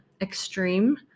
extreme